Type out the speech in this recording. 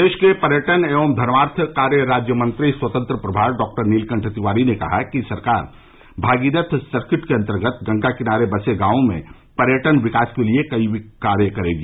प्रदेश के पर्यटन एवं धर्मार्थ कार्य राज्यमंत्री स्वतंत्र प्रभार डॉक्टर नीलकंठ तिवारी ने कहा कि सरकार भागीरथ सर्किट के अंर्वगत गंगा किनारे बसे गाँवों में पर्यटन विकास के लिए कई विकास कार्य करेगी